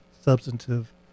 substantive